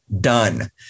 done